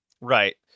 Right